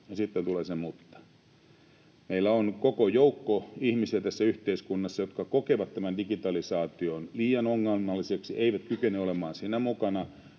sitten tulee se ”mutta”: meillä on koko joukko ihmisiä tässä yhteiskunnassa, jotka kokevat tämän digitalisaation liian ongelmalliseksi, eivät kykene olemaan siinä mukana